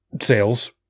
sales